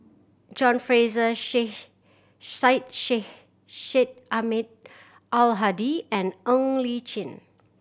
John Fraser Syed Syed Ahmad Al Hadi and Ng Li Chin